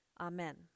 Amen